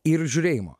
ir žiūrėjimo